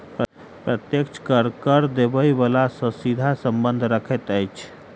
प्रत्यक्ष कर, कर देबय बला सॅ सीधा संबंध रखैत अछि